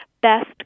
best